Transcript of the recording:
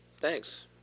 Thanks